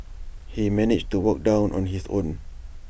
he managed to walk down on his own